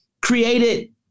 created